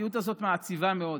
המציאות הזאת מעציבה מאוד.